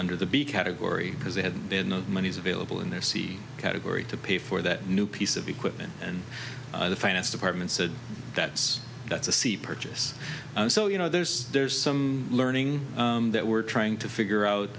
under the b category because they had been the monies available in their seed category to pay for that new piece of equipment and the finance department said that's that's a c purchase so you know there's there's some learning that we're trying to figure out